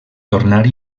tornar